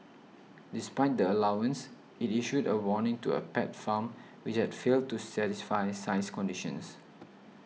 despite the allowance it issued a warning to a pet farm which had failed to satisfy size conditions